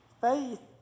Faith